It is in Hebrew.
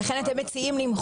אתה עושה דברים חשובים.